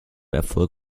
erfolg